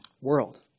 world